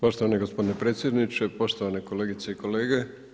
Poštovani gospodine predsjedniče, poštovane kolegice i kolege.